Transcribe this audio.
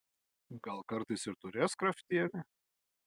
gal kartais ir turės kraftienė